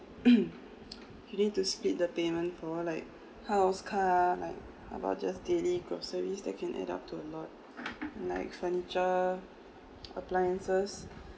you need to split the payment for like house car like about just daily groceries that can add up to a lot and like furniture appliances